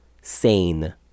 sane